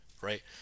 right